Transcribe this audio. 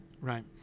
right